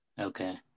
okay